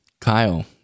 Kyle